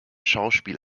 schauspiel